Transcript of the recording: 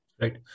Right